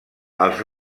els